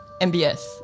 MBS